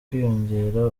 kwiyongera